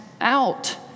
out